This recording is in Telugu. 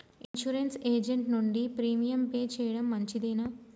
ఇన్సూరెన్స్ ఏజెంట్ నుండి ప్రీమియం పే చేయడం మంచిదేనా?